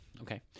okay